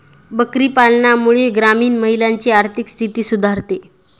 बकरी पालनामुळे ग्रामीण महिलांची आर्थिक स्थिती सुधारते